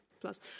plus